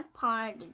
party